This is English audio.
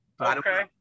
Okay